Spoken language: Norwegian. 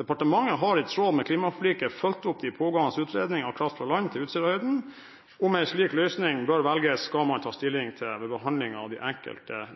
Departementet har i tråd med klimaforliket fulgt opp de pågående utredningene av kraft fra land til Utsirahøyden. Om en slik løsning bør velges, skal man ta stilling til ved behandling av de enkelte